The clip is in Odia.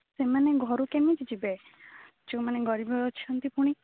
ସେମାନେ ଘରୁ କେମିତି ଯିବେ ଯୋଉମାନେ ଗରିବ ଅଛନ୍ତି ପୁଣି